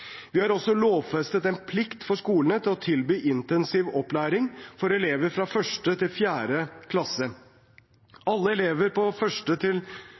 Vi har også lovfestet en plikt for skolene til å tilby intensiv opplæring for elever fra 1. til 4. klasse. Alle elever på 1. til